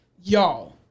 y'all